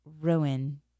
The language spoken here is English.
ruin